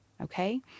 Okay